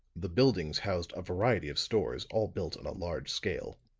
the buildings housed a variety of stores, all built on a large scale.